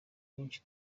benshi